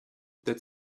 that